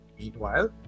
Meanwhile